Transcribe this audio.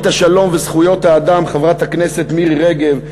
השלום וזכויות האדם חברת הכנסת מירי רגב,